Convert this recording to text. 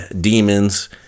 demons